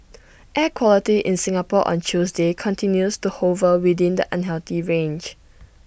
air quality in Singapore on Tuesday continues to hover within the unhealthy range